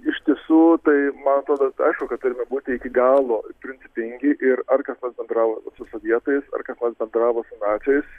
iš tiesų tai man atrodo aišku kad turime būti iki galo principingi ir ar kas nors bendravo su sovietais kas nors bendravo su naciais